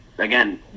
Again